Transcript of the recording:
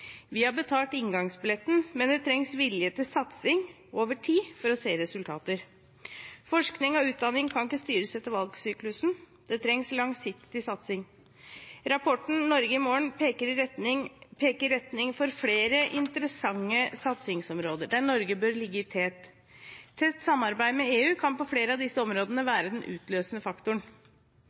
Vi har betalt inngangsbilletten, men det trengs vilje til satsing over tid for å se resultater. Forskning og utdanning kan ikke styres etter valgsyklusen, det trengs langsiktig satsing. Rapporten «Norge i morgen» peker ut retning for flere interessante satsingsområder der Norge bør ligge i tet. Tett samarbeid med EU kan på flere av disse områdene være den utløsende faktoren.